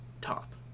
top